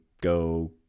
go